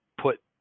put